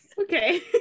Okay